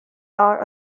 are